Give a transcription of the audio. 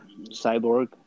Cyborg